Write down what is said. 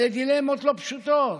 אלה דילמות לא פשוטות.